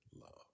love